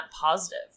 positive